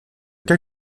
cas